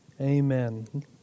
amen